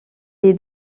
est